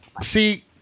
See